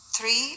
three